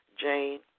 Jane